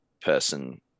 person